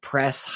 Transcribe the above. Press